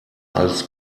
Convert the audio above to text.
als